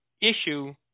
issue